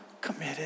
committed